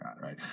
right